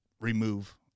remove